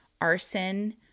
arson